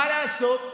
מה לעשות,